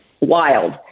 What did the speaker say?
wild